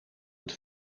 het